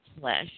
flesh